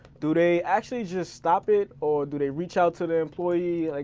do they actually just stop it? or do they reach out to their employee? like